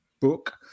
book